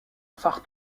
phare